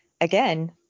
Again